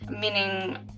meaning